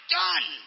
done